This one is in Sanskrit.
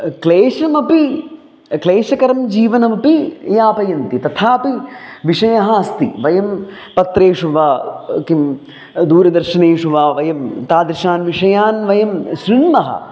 क्लेशमपि क्लेशकरं जीवनमपि यापयन्ति तथापि विषयः अस्ति वयं पत्रेषु वा किं दूरदर्शनेषु वा वयं तादृशान् विषयान् वयं शृण्मः